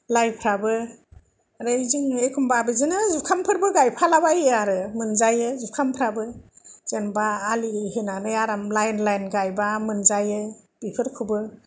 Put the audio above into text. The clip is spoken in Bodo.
लाइफ्राबो ओरै जों एखमबा बिदिनो जुखामफोरबो गायफाला बायो आरो मोनजायो जुखामफ्राबो जेनोबा आलि होनानै आराम लाइन लाइन गायबा मोनजायो बेफोरखौबो